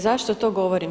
Zašto to govorim?